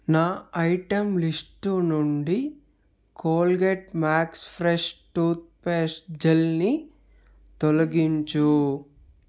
నా item list నుండి Colgate Max Fresh toothpaste జెల్ని తొలగించు